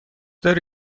داری